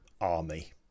army